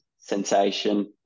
sensation